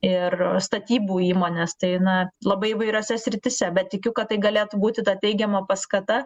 ir statybų įmonės tai na labai įvairiose srityse bet tikiu kad tai galėtų būti ta teigiama paskata